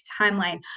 timeline